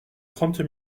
trente